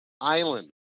island